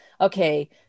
okay